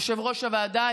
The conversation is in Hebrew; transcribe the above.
יושב-ראש הוועדה,